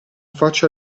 faccia